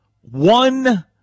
one